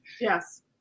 Yes